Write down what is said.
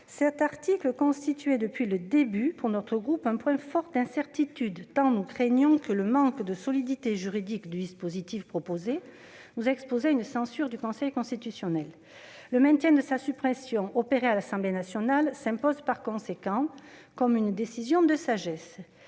cet article constituait depuis le début du parcours législatif de ce texte un point fort d'incertitude, tant nous craignions que le manque de solidité juridique du dispositif proposé nous expose à une censure du Conseil constitutionnel. Le maintien de la suppression qu'en a faite l'Assemblée nationale s'impose par conséquent comme une décision de sagesse.